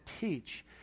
teach